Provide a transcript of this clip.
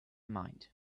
mind